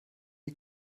die